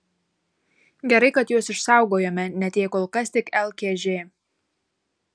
gerai kad juos išsaugojome net jei kol kas tik lkž